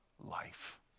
life